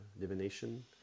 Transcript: divination